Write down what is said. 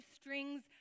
strings